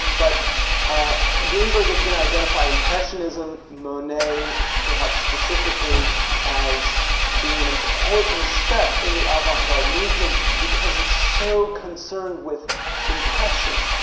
but ah greenberg is gonna identify impressionism, monet perhaps specifically as being an important step in the avant-garde movement because it's so concerned with impression.